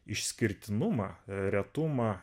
išskirtinumą retumą